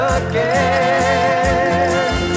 again